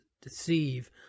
deceive